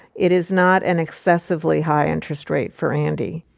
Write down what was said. it is not an excessively high interest rate for andy.